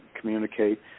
communicate